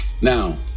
Now